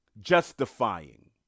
justifying